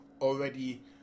already